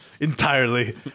entirely